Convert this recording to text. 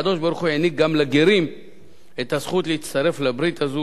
הקדוש-ברוך-הוא העניק גם לגרים את הזכות להצטרף לברית הזו